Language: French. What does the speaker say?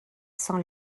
sans